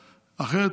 אחרת,